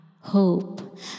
hope